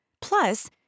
Plus